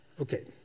Okay